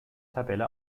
tabelle